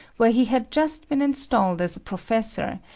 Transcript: where he had just been installed as a professor,